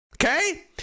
Okay